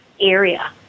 area